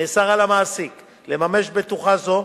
נאסר על המעסיק לממש בטוחה זו.